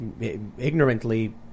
ignorantly